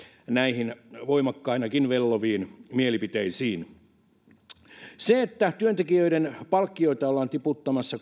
näihin voimakkainakin velloviin mielipiteisiin siitä että työntekijöiden palkkoja ollaan tiputtamassa